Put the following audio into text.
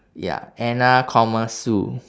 ya anna comma sue